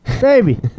Baby